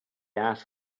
ash